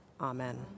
Amen